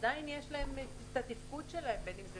שעדיין יש להם את התפקוד שלהם, בין אם זה